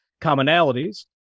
commonalities